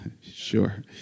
Sure